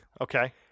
Okay